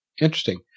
Interesting